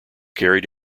carried